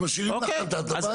הם משאירים להחלטת הוועדה.